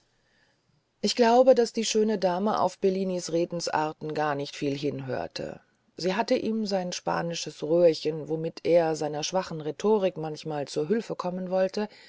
ich glaube daß die schöne dame auf bellinis redensarten gar nicht viel hinhörte sie hatte ihm sein spanisches röhrchen womit er seiner schwachen rhetorik manchmal zu hülfe kommen wollte